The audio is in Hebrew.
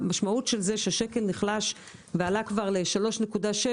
המשמעות של זה שהשקל נחלש ועלה כבר ל-3.6